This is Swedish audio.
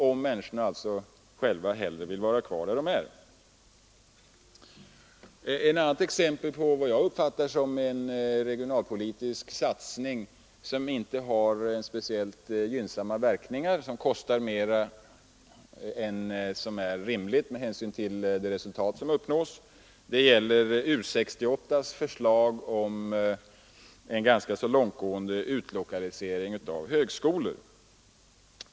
Ett annat exempel på vad jag uppfattar som en regionalpolitisk satsning som inte har speciellt gynnsamma verkningar — som kostar mera än som är rimligt med hänsyn till det resultat man uppnår — är U 68:s förslag om ganska långtgående utlokalisering av högskolor.